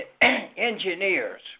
engineers